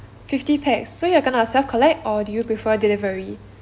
fifty pax so you're gonna to self collect or do you prefer delivery